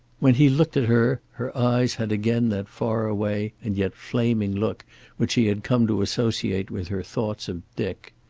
when he looked at her her eyes had again that faraway and yet flaming look which he had come to associate with her thoughts of dick.